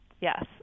Yes